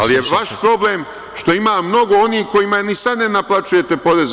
Ali, vaš je problem što ima mnogo onih kojima ni sada ne naplaćujete poreze.